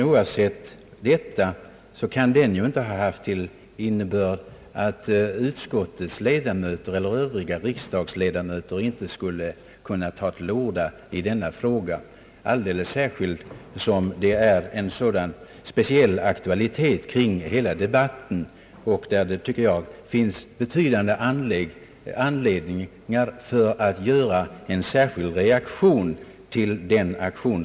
Oavsett det kan den ju inte haft till innebörd att utskottets ledamöter eller övriga riksdagsledamöter inte skulle kunna ta till orda i denna fråga, alldeles särskilt som det är en så speciell aktualitet kring hela debatten och där det finns stark anledning att omedelbart reagera mot högerledarens aktion.